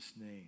name